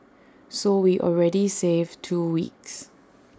so we already save two weeks